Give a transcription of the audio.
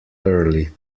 early